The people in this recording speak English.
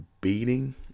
beating